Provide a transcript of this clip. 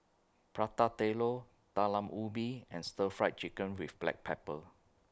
Prata Telur Talam Ubi and Stir Fried Chicken with Black Pepper